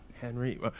Henry